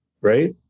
right